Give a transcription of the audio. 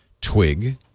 twig